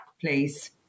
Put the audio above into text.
please